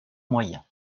moyen